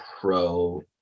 pro